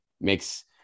makes